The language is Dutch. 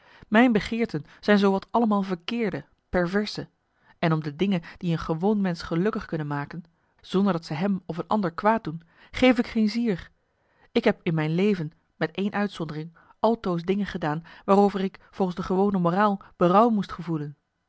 mijn begeerten zijn zoowat allemaal verkeerde perverse en om de dingen die een gewoon mensch gelukkig kunnen maken zonder dat ze hem of een ander kwaad doen geef ik geen zier ik heb in mijn leven met één uitzondering altoos dingen gedaan waarover ik volgens de gewone moraal berouw moest gevoelen